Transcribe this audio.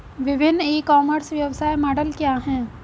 विभिन्न e commerce व्यवसाय model क्या हैं?